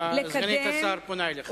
סגנית השר פונה אליך.